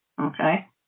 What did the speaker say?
Okay